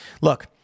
Look